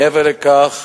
מעבר לכך,